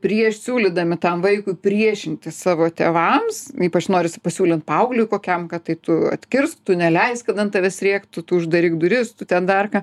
prieš siūlydami tam vaikui priešintis savo tėvams ypač norisi pasiūlint paaugliui kokiam kad tai tu atkirstk tu neleisk kad ant tavęs rėktų tu uždaryk duris tu ten dar ką